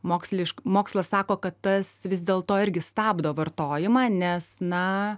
mokslišk mokslas sako kad tas vis dėl to irgi stabdo vartojimą nes na